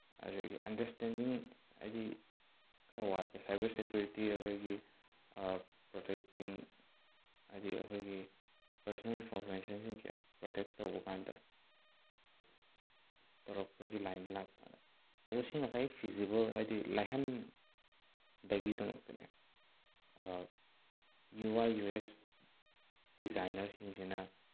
ꯑꯗꯒꯤ ꯑꯟꯗꯔꯁꯇꯦꯟꯗꯤꯡ ꯍꯥꯏꯗꯤ ꯈꯔ ꯋꯥꯠꯄ ꯁꯥꯏꯕꯔ ꯁꯦꯀ꯭ꯌꯨꯔꯤꯇꯤ ꯑꯗꯒꯤ ꯄ꯭ꯔꯣꯇꯦꯛꯇꯤꯡ ꯍꯥꯏꯗꯤ ꯑꯩꯈꯣꯏꯒꯤ ꯄꯔꯁꯅꯦꯜ ꯏꯟꯐꯣꯔꯃꯦꯁꯟꯁꯤꯡꯁꯦ ꯄ꯭ꯔꯣꯇꯦꯛ ꯇꯧꯕ ꯀꯥꯟꯗ ꯇꯧꯔꯛꯄꯒꯤ ꯂꯥꯏꯟ ꯂꯥꯛꯄ ꯑꯗ ꯑꯗꯨ ꯁꯤ ꯉꯁꯥꯏ ꯐꯤꯖꯤꯕꯜ ꯍꯥꯏꯗꯤ ꯂꯥꯏꯍꯟꯕꯒꯤꯗꯃꯛꯇꯅꯦ ꯌꯨ ꯋꯥꯏ ꯌꯨ ꯑꯦꯛꯁ ꯗꯤꯖꯥꯏꯅꯔꯁꯤꯡꯁꯤꯅ